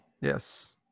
Yes